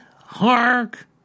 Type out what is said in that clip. hark